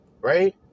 right